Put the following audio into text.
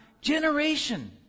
generation